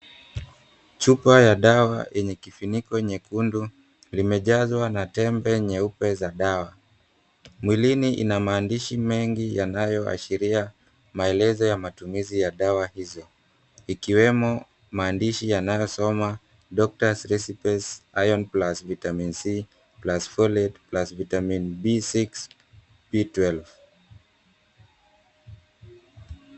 Chupa ya dawa yenye kifuniko nyekundu, limejazwa na tembe nyeupe za dawa. Mwilini ina maandishi mengi yanayoashiria maelezo ya matumizi ya dawa hizo. Ikiwemo maandishi yanayosoma, "Doctor's Recipes, Iron Plus Vitamin C + Folate + Vitamin B6, B12".